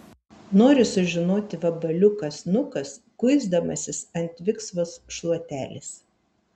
nori sužinoti vabaliukas nukas kuisdamasis ant viksvos šluotelės